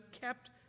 kept